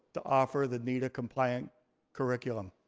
to offer the neta compliant curriculum.